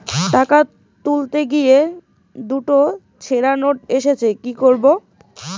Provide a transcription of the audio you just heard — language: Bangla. টাকা তুলতে গিয়ে দুটো ছেড়া নোট এসেছে কি করবো?